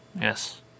Yes